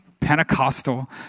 Pentecostal